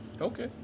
okay